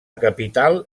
capital